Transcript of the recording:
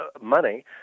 money